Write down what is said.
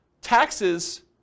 taxes